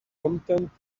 content